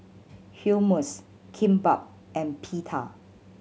Hummus Kimbap and Pita